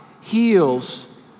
heals